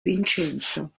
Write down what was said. vincenzo